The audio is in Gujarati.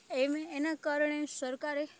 એમ એના કારણે સરકારે